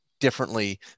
differently